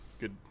good